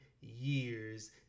years